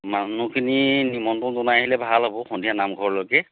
মানুহখিনি নিমন্ত্ৰণ জনাই আহিলে ভাল হ'ব সন্ধিয়া নামঘৰলৈকে